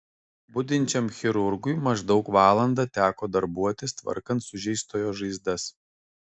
budinčiam chirurgui maždaug valandą teko darbuotis tvarkant sužeistojo žaizdas